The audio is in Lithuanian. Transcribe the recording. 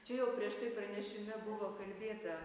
čia jau prieš tai pranešime buvo kalbėta